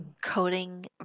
Coding